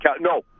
No